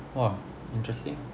!wow! interesting